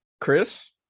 Chris